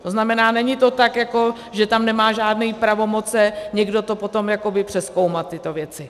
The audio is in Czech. To znamená, není to tak jako, že tam nemá žádné pravomoce někdo to potom přezkoumat, tyto věci.